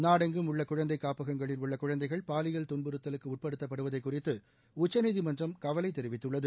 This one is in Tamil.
நாடெங்கும் உள்ள குழந்தை காப்பகங்களில் உள்ள குழந்தைகள் பாலியல் துன்புறுத்தலுக்கு உட்படுத்தப்படுவதைக் குறித்து உச்சநீதிமன்றம் கவலை தெரிவித்துள்ளது